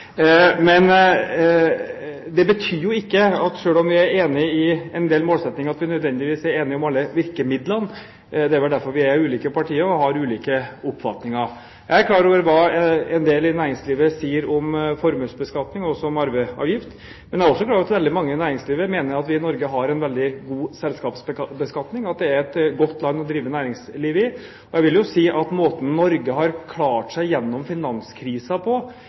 Det betyr ikke at selv om vi er enig i en del målsettinger, er vi nødvendigvis enige om alle virkemidlene. Det er derfor vi er ulike partier og har ulike oppfatninger. Jeg er klar over hva en del i næringslivet sier om formuesbeskatningen og også om arveavgift. Jeg er også klar over at veldig mange i næringslivet mener at vi i Norge har en veldig god selskapsbeskatning, og at det er et godt land å drive næringsliv i. Jeg vil si at måten Norge har klart seg gjennom finanskrisen på,